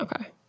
Okay